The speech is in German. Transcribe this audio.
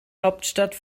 hauptstadt